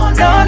no